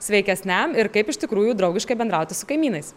sveikesniam ir kaip iš tikrųjų draugiškai bendrauti su kaimynais